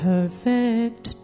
Perfect